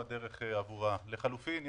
זה הקשר עם הלקוחות, ושניים, אנשים הם ישרים.